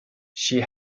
she